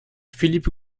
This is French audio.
philippe